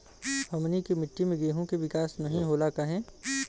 हमनी के मिट्टी में गेहूँ के विकास नहीं होला काहे?